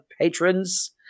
patrons